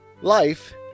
Life